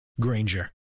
Granger